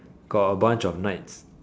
got a bunch of knights